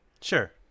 sure